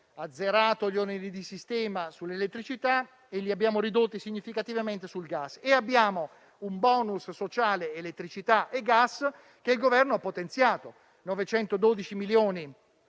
azzerato gli oneri di sistema sull'elettricità e li abbiamo ridotti significativamente sul gas. Inoltre, abbiamo un *bonus* sociale elettricità e gas che il Governo ha potenziato con 912 milioni